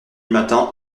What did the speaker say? matin